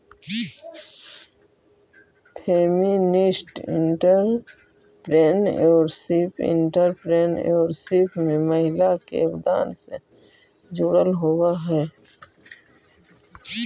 feminist entrepreneurship entrepreneurship में महिला के योगदान से जुड़ल होवऽ हई